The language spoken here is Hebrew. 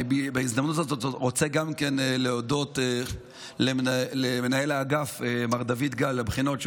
בהזדמנות זו אני גם רוצה להודות למנהל אגף הבחינות מר דוד גל,